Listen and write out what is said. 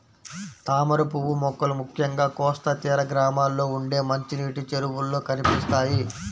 తామరపువ్వు మొక్కలు ముఖ్యంగా కోస్తా తీర గ్రామాల్లో ఉండే మంచినీటి చెరువుల్లో కనిపిస్తాయి